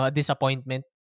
disappointment